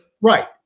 Right